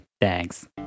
Thanks